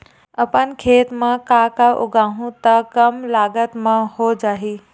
अपन खेत म का का उगांहु त कम लागत म हो जाही?